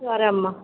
సరే అమ్మ